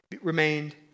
remained